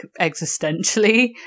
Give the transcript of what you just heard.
existentially